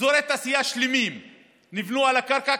אזורי תעשייה שלמים נבנו על הקרקע,